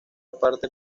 parte